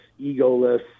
egoless